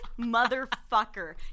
motherfucker